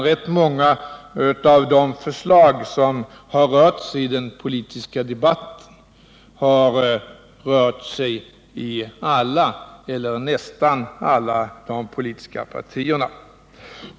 Rätt många av de förslag som har berörts i den politiska debatten har diskuterats i alla eller nästan alla politiska partier.